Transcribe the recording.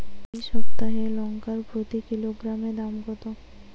এই সপ্তাহের লঙ্কার প্রতি কিলোগ্রামে দাম কত?